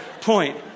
point